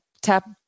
tap